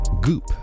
goop